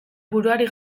buruari